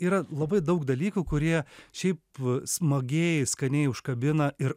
yra labai daug dalykų kurie šiaip smagiai skaniai užkabina ir